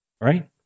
right